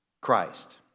Christ